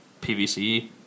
PVC